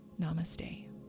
Namaste